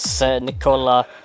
Nicola